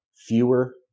fewer